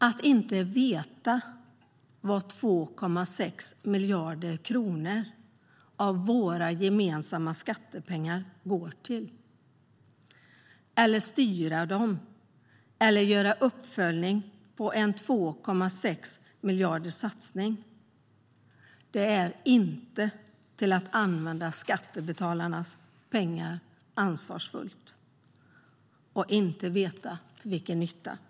Att inte veta vad 2,6 miljarder kronor av våra gemensamma skattepengar går till, att inte styra dem eller göra uppföljning av en satsning på 2,6 miljarder eller att inte veta till vilken nytta de kommer är inte att använda skattebetalarnas pengar på ett ansvarsfullt sätt.